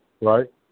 right